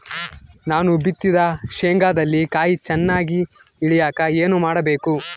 ನಾನು ಬಿತ್ತಿದ ಶೇಂಗಾದಲ್ಲಿ ಕಾಯಿ ಚನ್ನಾಗಿ ಇಳಿಯಕ ಏನು ಮಾಡಬೇಕು?